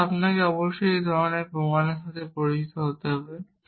সুতরাং আপনাকে অবশ্যই এই ধরণের প্রমাণের সাথে পরিচিত হতে হবে